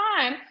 time